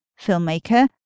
Filmmaker